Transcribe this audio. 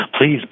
please